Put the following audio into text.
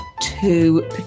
two